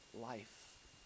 life